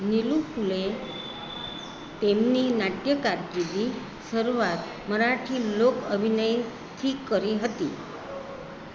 નીલુ ફુલેએ તેમની નાટ્ય કારકિર્દી શરૂઆત મરાઠી લોક અભિનયથી કરી હતી